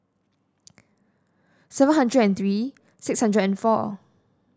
seven hundred and three six hundred and four